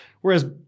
Whereas